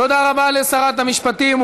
תודה רבה לשרת המשפטים.